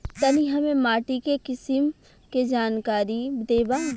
तनि हमें माटी के किसीम के जानकारी देबा?